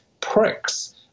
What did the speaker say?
pricks